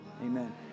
amen